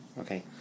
Okay